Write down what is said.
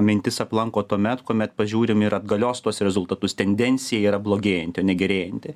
mintis aplanko tuomet kuomet pažiūrim ir atgalios tuos rezultatus tendencija yra blogėjanti o ne gerėjanti